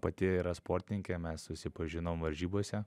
pati yra sportininkė mes susipažinom varžybose